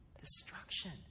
Destruction